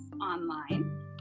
online